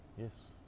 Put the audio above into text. yes